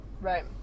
Right